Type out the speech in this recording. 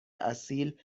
اصیل